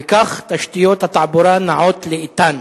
וכך תשתיות התעבורה נעות לאטן.